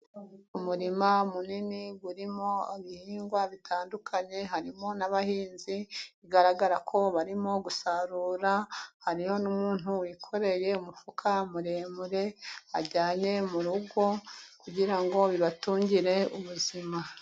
Umurima munini urimo ibihingwa bitandukanye, harimo n'abahinzi bigaragara ko barimo gusarura, hariho n'umuntu wikoreye umufuka muremure, awujyanye mu rugo, kugira ngo bibatungire ubuzima.